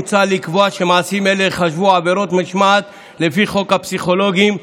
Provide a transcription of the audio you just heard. מוצע לקבוע שמעשים אלה ייחשבו עבירות משמעת לפי חוק הפסיכולוגים,